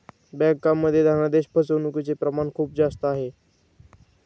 बँकांमध्ये धनादेश फसवणूकचे प्रमाण खूप जास्त आहे